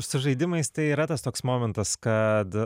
su žaidimais tai yra tas toks momentas kad